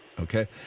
Okay